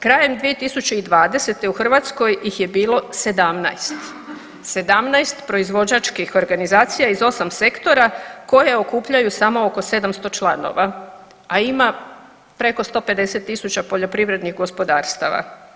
Krajem 2020. u Hrvatskoj ih je bilo 17. 17 proizvođačkih organizacija iz 8 sektora koje okupljaju samo oko 700 članova, a ima preko 150 tisuća poljoprivrednih gospodarstava.